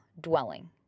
dwelling